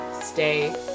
stay